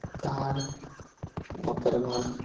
car ओकर बाद